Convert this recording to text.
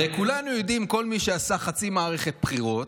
הרי כולנו יודעים, כל מי שעשה חצי מערכת בחירות,